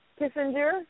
Kissinger